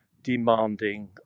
demanding